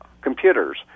computers